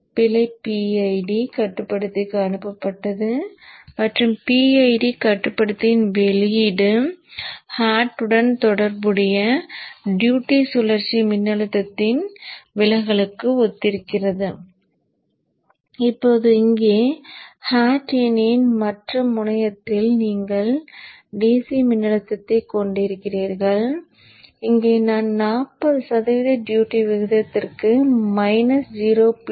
பிழை PID கட்டுப்படுத்திக்கு அனுப்பப்பட்டது மற்றும் PID கட்டுப்படுத்தியின் வெளியீடு hat உடன் தொடர்புடைய டியூட்டி சுழற்சி மின்னழுத்தத்தின் விலகலுக்கு ஒத்திருக்கிறது இப்போது இங்கே hat ஏணியின் மற்ற முனையத்தில் நீங்கள் DC மின்னழுத்தத்தைக் கொண்டிருக்கிறீர்கள் இங்கே நான் 45 சதவீத டியூட்டி விகிதத்திற்கு மைனஸ் 0